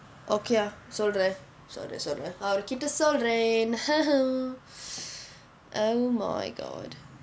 okay ah சொல்றேன் சொல்றேன் சொல்றேன் அவரு கிட்டே சொல்றேன்:solren solren solren avaru kitta solren oh my god